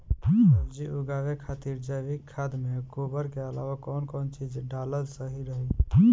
सब्जी उगावे खातिर जैविक खाद मे गोबर के अलाव कौन कौन चीज़ डालल सही रही?